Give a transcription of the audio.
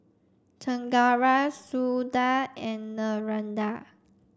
Chengara Suda and Narendra